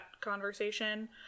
conversation